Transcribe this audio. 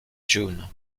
june